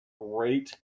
great